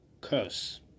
curse